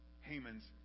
Haman's